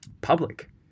public